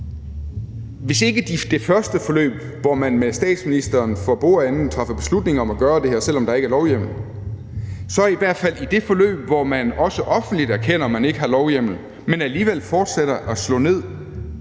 Hvis ikke det gælder det forløb, hvor man med statsministeren for bordenden træffer beslutning om at gøre det her, selv om der ikke er lovhjemmel til det, så er i hvert fald det forløb, hvor man også offentligt erkender, at man ikke har lovhjemmel, men alligevel fortsætter med